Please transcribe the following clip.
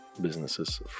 businesses